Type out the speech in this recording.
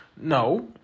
No